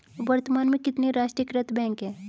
वर्तमान में कितने राष्ट्रीयकृत बैंक है?